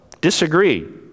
Disagree